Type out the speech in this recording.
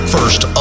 First